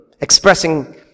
expressing